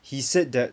he said that